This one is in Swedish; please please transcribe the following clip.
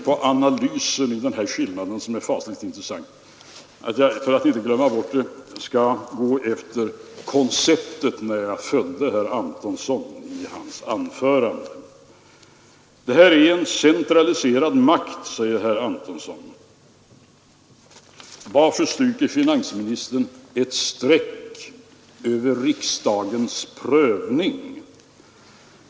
En analys av skillnaderna är fasligt intressant att göra, men innan jag gör den skall jag ta upp några punkter i herr Antonssons anförande. Det här är en centraliserad makt, säger herr Antonsson. Varför stryker finansministern ett streck över riksdagens prövning?